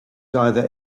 either